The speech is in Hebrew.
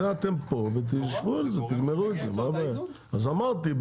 אז אמרתי,